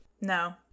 No